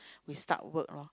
we start work loh